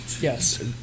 Yes